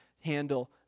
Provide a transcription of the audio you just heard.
handle